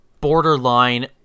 borderline